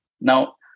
Now